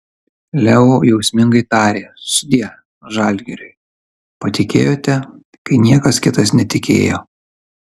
leo jausmingai tarė sudie žalgiriui patikėjote kai niekas kitas netikėjo